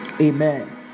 Amen